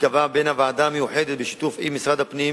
שתיקבע בוועדה המיוחדת בשיתוף עם משרד הפנים,